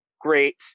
Great